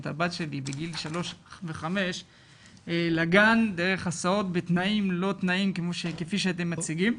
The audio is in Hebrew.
את הבת שלי בגיל 3 ו-5 לגן דרך הסעות בתנאים-לא-תנאים כפי שאתם מציגים.